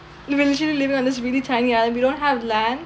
we are literally living on this really tiny island we don't have land